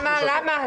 למה?